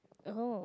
oh